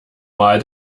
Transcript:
mal